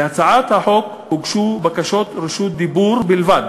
להצעת החוק הוגשו בקשות רשות דיבור בלבד